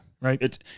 right